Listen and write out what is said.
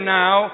now